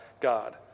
God